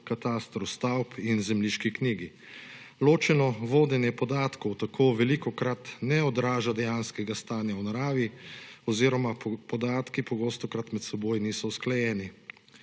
katastru stavb in zemljiški knjigi. Ločeno vodenje podatkov tako velikokrat ne odraža dejanskega stanja v naravi oziroma podatki pogostokrat med seboj niso usklajeni.